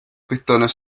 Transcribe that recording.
pistones